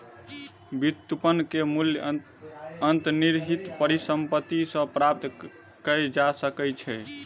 व्युत्पन्न के मूल्य अंतर्निहित परिसंपत्ति सॅ प्राप्त कय जा सकै छै